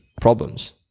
problems